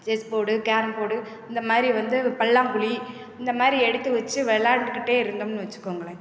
chess board carrom board இந்த மாதிரி வந்து பல்லாங்குழி இந்த மாதிரி எடுத்து வச்சி விளையாண்டுக்கிட்டே இருந்தோம்னு வச்சிக்கோங்களேன்